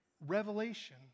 revelation